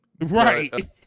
Right